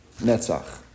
Netzach